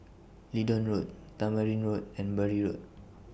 Leedon Road Tamarind Road and Bury Road